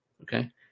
okay